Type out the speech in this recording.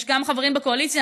יש גם חברים בקואליציה,